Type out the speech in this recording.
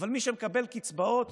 אבל מי שמקבל קצבאות